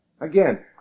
Again